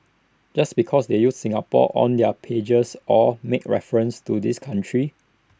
just because they use Singapore on their pages or make references to this country